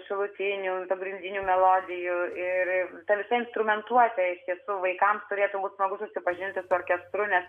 šalutinių pagrindinių melodijų ir ta visa instrumentuotė iš tiesų vaikams turėtų būt smagu susipažinti su orkestru nes